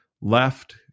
left